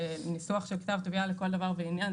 וניסוח של כתב תביעה לכל דבר ועניין.